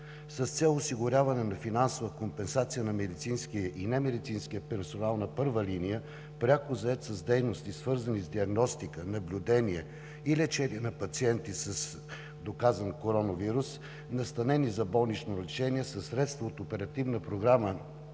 С цел осигуряване на финансова компенсация на медицинския и немедицинския персонал на първа линия, пряко зает с дейности, свързани с диагностика, наблюдение и лечение на пациенти с доказан коронавирус и настанени за болнично лечение, със средства от Оперативна програма